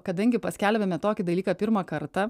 kadangi paskelbėme tokį dalyką pirmą kartą